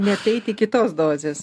neateiti iki tos dozės